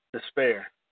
despair